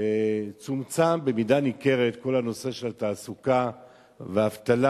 צומצם במידה ניכרת כל הנושא של התעסוקה והאבטלה,